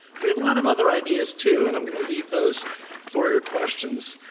we have a lot of other ideas too and i'm gonna leave those for your questions.